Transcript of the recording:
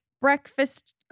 breakfast